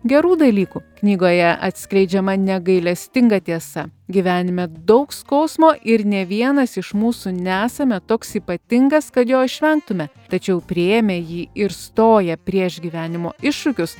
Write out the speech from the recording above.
gerų dalykų knygoje atskleidžiama negailestinga tiesa gyvenime daug skausmo ir nė vienas iš mūsų nesame toks ypatingas kad jo išvengtume tačiau priėmę jį ir stoję prieš gyvenimo iššūkius